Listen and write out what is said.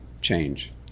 change